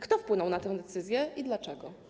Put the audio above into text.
Kto wpłynął na tę decyzję i dlaczego?